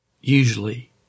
usually